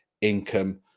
income